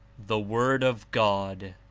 the word of god